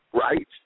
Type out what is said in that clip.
Right